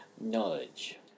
knowledge